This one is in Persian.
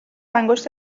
انگشت